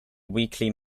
weekly